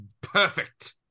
Perfect